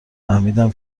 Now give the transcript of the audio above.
فهمیدم